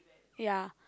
ya